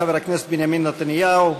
חבר הכנסת בנימין נתניהו,